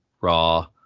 Raw